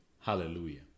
Hallelujah